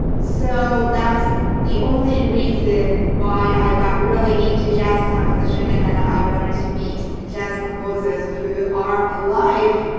so that's the only reason why i got really into jazz composition. and then i wanted to meet jazz composers who are alive.